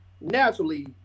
naturally